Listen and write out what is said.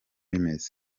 bimeze